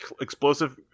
explosive